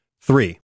Three